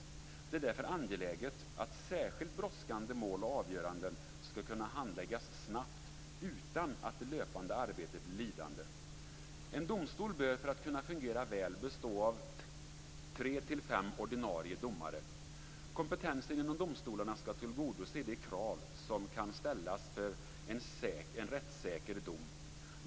Det är därför angeläget att särskilt brådskande mål och avgöranden skall kunna handläggas snabbt utan att det löpande arbetet blir lidande. En domstol bör för att fungera väl bestå av trefem ordinarie domare. Kompetensen inom domstolarna skall tillgodose de krav som kan ställas för en rättssäker dom.